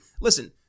listen